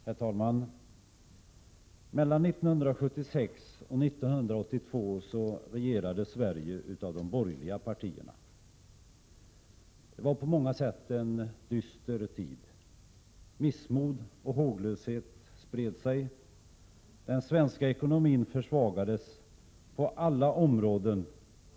Herr talman! Mellan 1976 och 1982 regerades Sverige av de borgerliga partierna. Det var på många sätt en dyster tid. Missmod och håglöshet spred sig. Under den här perioden försvagades den svenska ekonomin på alla områden.